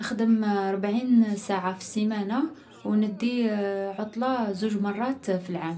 نخدم ربعين ساعة في السيمانة و ندي عطلة زوج مرات في العام.